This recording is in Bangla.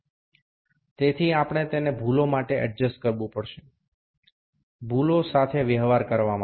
আর যদি একটি অপরটির উপরে উঠে যায় সেই ক্ষেত্রে ঋনাত্মক ত্রুটি আসে যা যোগ করতে হবে